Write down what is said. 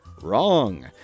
Wrong